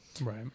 Right